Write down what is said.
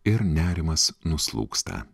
ir nerimas nuslūgsta